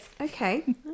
Okay